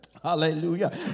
Hallelujah